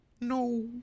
No